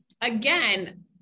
again